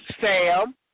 Sam